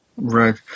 Right